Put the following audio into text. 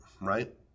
right